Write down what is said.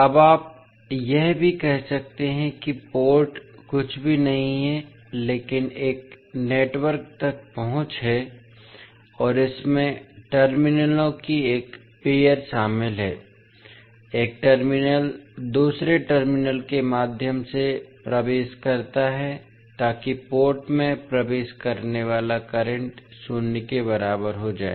अब आप यह भी कह सकते हैं कि पोर्ट कुछ भी नहीं है लेकिन एक नेटवर्क तक पहुंच है और इसमें टर्मिनलों की एक पेअर शामिल है एक टर्मिनल दूसरे टर्मिनल के माध्यम से प्रवेश करता है ताकि पोर्ट में प्रवेश करने वाला करंट शून्य के बराबर हो जाए